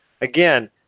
again